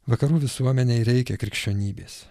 vakarų visuomenei reikia krikščionybės